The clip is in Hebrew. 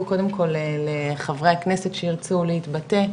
קודם כל לחברי הכנסת שירצו להתבטא,